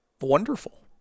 wonderful